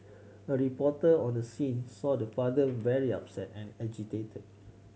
a reporter on the scene saw the father very upset and agitated